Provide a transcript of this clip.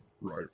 Right